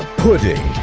pudding!